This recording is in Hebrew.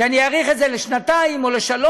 שאני אאריך את זה לשנתיים או לשלוש,